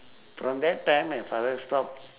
from that time my father stop